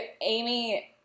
Amy